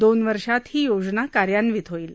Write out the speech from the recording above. दोन वर्षात ही योजना कार्यान्वित होईल